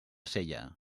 sella